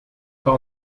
pas